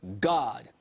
God